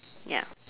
ya